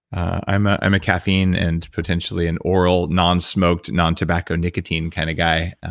i'm ah i'm a caffeine and potentially an oral, non-smoked, non-tobacco nicotine kind of guy,